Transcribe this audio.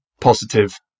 positive